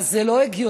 אז זה לא הגיוני,